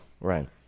Right